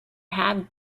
have